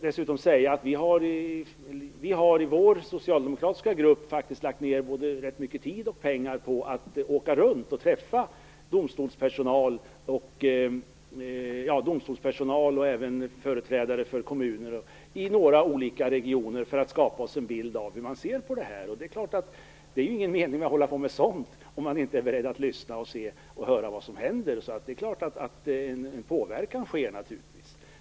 Dessutom har vi i vår socialdemokratiska grupp faktiskt lagt ned ganska mycket tid och pengar på att åka runt och träffa domstolspersonal och företrädare för kommuner i några olika regioner för att skapa oss en bild av hur de ser på detta. Det är ingen mening att hålla på med sådant om man inte är beredd att lyssna och se. Så naturligtvis sker en påverkan.